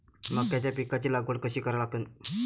मक्याच्या पिकाची लागवड कशी करा लागन?